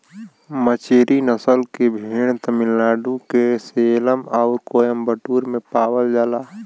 मचेरी नसल के भेड़ तमिलनाडु के सेलम आउर कोयम्बटूर में पावल जाला